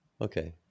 Okay